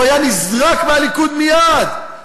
הוא היה נזרק מהליכוד מייד,